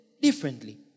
differently